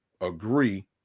agree